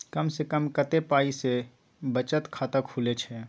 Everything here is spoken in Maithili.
कम से कम कत्ते पाई सं बचत खाता खुले छै?